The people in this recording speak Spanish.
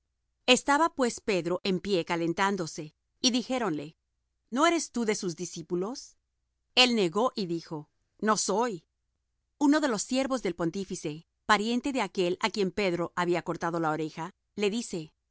estaba pues pedro en pie calentándose y dijéronle no eres tú de sus discípulos el negó y dijo no soy uno de los siervos del pontífice pariente de aquél á quien pedro había cortado la oreja le dice